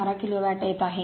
712 kilowatt येत आहे